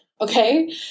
Okay